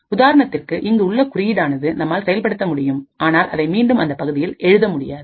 உதாரணத்திற்கு இங்கு உள்ள குறியீடானது நம்மால் செயல்படுத்த முடியும் ஆனால் அதை மீண்டும் அந்தப்பகுதியில் எழுத முடியாது